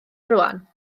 rŵan